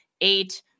eight